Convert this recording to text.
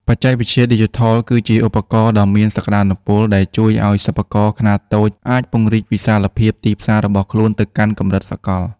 បច្ចេកវិទ្យាឌីជីថលគឺជាឧបករណ៍ដ៏មានសក្ដានុពល ដែលជួយឱ្យសិប្បករខ្នាតតូចអាចពង្រីកវិសាលភាពទីផ្សាររបស់ខ្លួនទៅកាន់កម្រិតសកល។